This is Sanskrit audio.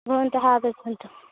भवन्तः आगच्छन्तु